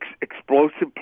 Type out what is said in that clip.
explosive